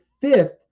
fifth